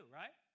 right